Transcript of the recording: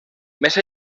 més